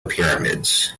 pyramids